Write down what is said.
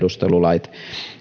tiedustelulait